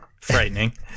Frightening